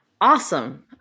Awesome